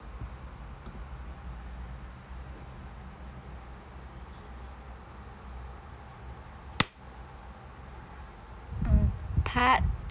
um part